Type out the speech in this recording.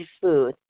food